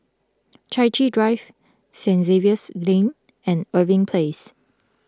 Chai Chee Drive Saint Xavier's Lane and Irving Place